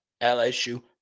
LSU